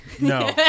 No